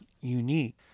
unique